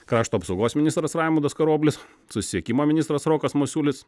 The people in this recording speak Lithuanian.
krašto apsaugos ministras raimundas karoblis susisiekimo ministras rokas masiulis